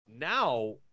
Now